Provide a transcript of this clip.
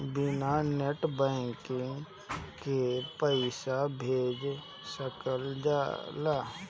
बिना net banking के पईसा भेज सकल जाला?